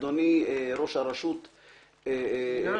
אדוני ראש הרשות --- מינהל.